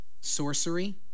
sorcery